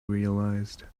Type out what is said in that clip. realized